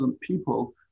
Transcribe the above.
people